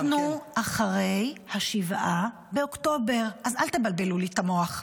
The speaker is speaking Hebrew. אנחנו אחרי 7 באוקטובר, אז אל תבלבלו לי את המוח.